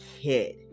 kid